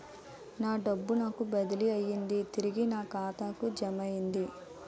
నా డబ్బు నాకు బదిలీ అయ్యింది తిరిగి నా ఖాతాకు జమయ్యింది